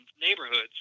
neighborhoods